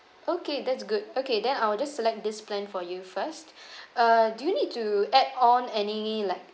okay that's good okay then I will just select this plan for you first uh do you need to add on any like